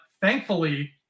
thankfully